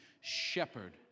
shepherd